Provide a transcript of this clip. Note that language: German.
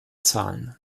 zahlen